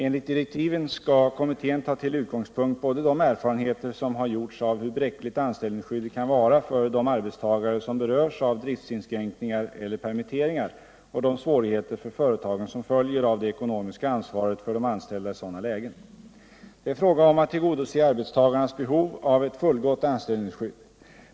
Enligt direktiven skall kommittén ta till utgångspunkt både de erfarenheter som har gjorts av hur bräckligt anställningsskyddet kan vara för de arbetstagare som berörs av driftsinskränkningar eller permitteringar och de svårigheter för företagen som följer av det ekonomiska ansvaret för de anställda i sådana lägen. Det är fråga om att tillgodose arbetstagarnas behov av ett fullgott anställningsskydd.